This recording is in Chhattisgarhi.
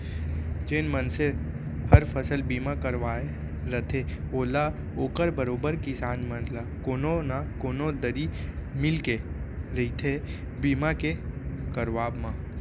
जेन मनसे हर फसल बीमा करवाय रथे ओला ओकर बरोबर किसान मन ल कोनो न कोनो दरी मिलके रहिथे बीमा के करवाब म